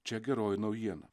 čia geroji naujiena